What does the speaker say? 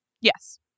Yes